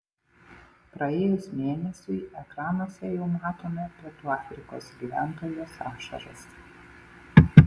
praėjus mėnesiui ekranuose jau matome pietų afrikos gyventojos ašaras